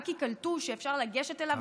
רק כי קלטו שאפשר לגשת אליו,